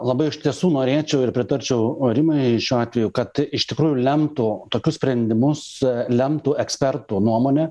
labai iš tiesų norėčiau ir pritarčiau rimai šiuo atveju kad iš tikrųjų lemtų tokius sprendimus lemtų ekspertų nuomonė